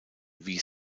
wies